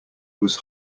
was